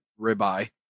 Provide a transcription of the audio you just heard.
ribeye